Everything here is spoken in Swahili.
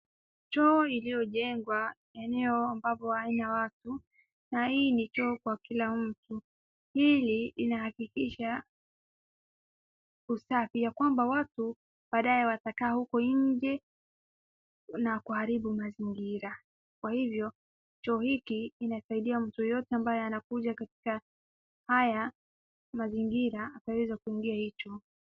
Choo iliyojengwa eneo ambapo halina watu, na hii ni choo kwa kila mtu. Hili linahakikisha usafi, ya kwamba watu baadaye watakaa huko nje na kuharibu mazingira, kwa hivyo choo hiki inasaidia mtu yeyote ambaye anakuja katika haya mazingira akaweze kuigia hii choo.